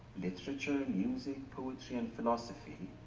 literature, music, poetry and philosophy,